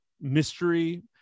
mystery